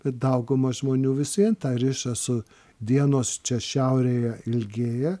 tai dauguma žmonių visvien tą riša su dienos čia šiaurėje ilgėja